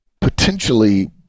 potentially